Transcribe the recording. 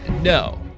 no